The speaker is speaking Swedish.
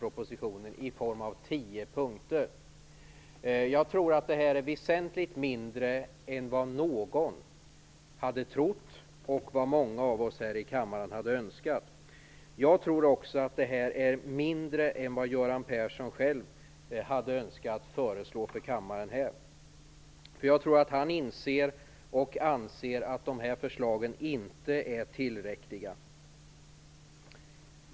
Jag tror att innehållet i dessa är väsentligt mindre än vad någon hade trott och än vad många av oss här i kammaren hade önskat. Jag tror också att det är mindre än vad Göran Persson själv hade önskat föreslå kammaren. Jag tror att han inser och anser att dessa förslag inte är tillräckliga.